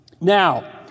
Now